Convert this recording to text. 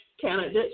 candidates